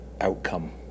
outcome